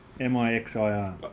m-i-x-i-r